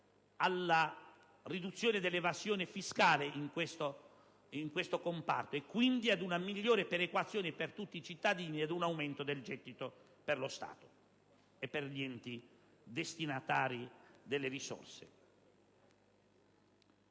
alla riduzione dell'evasione fiscale in questo comparto e, quindi, ad una migliore perequazione per tutti i cittadini e ad un aumento del gettito per lo Stato e per gli enti destinatari delle risorse.